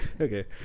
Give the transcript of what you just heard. Okay